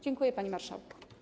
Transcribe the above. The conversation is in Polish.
Dziękuję, panie marszałku.